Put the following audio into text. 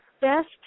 best